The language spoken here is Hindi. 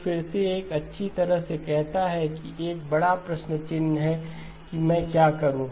तो फिर से यह अच्छी तरह से कहता है कि एक बड़ा प्रश्न चिन्ह है कि मैं क्या करूँ